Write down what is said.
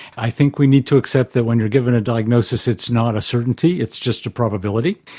i think we need to accept that when you're given a diagnosis it's not a certainty, it's just a probability.